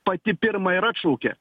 pati pirma ir atšaukė